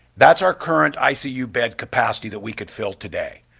that's our current i c u. bed capacity that we could fill today.